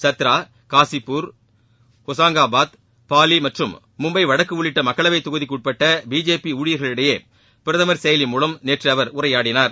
சத்ரா காசியாப்பூர் ஹொசங்காபாத் பாலி மற்றும் மும்பை வடக்கு உள்ளிட்ட மக்களவைத் தொகுதிகளுக்குட்பட்ட பிஜேபி தொண்டர்களிடையே பிரதமர் செயலி மூலம் நேற்று அவர் உரையாடினார்